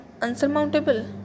unsurmountable